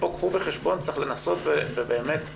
קחו בחשבון פה שצריך לנסות ובאמת לאזן'